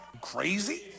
crazy